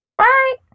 Right